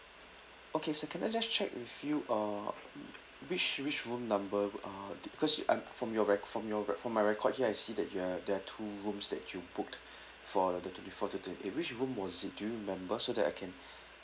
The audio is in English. okay sir can I just check with you uh which which room number uh the cause I'm from your rec~ from your rec~ from my record here I see that you are there are two rooms that you booked for the twenty fourth to twenty eight which room was it do you remember so that I can